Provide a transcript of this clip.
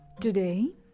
Today